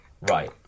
Right